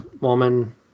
woman